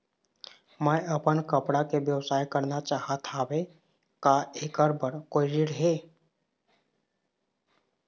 मैं अपन कपड़ा के व्यवसाय करना चाहत हावे का ऐकर बर कोई ऋण हे?